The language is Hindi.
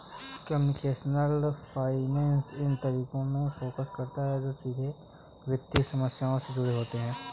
कंप्यूटेशनल फाइनेंस इन तरीकों पर फोकस करता है जो सीधे वित्तीय समस्याओं से जुड़े होते हैं